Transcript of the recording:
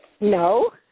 no